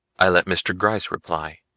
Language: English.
i let mr. gryce reply.